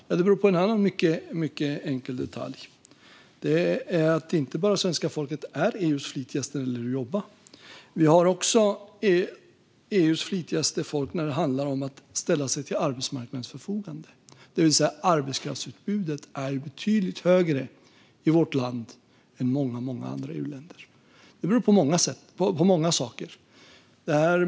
Jo, det beror på den enkla detaljen att vi också är EU:s flitigaste folk när det gäller att ställa oss till arbetsmarknadens förfogande, det vill säga är arbetskraftsutbudet betydligt högre i vårt land än i många andra EU-länder. Det beror på många saker.